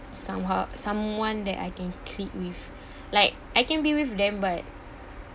somehow someone that I can click with like I can be with them but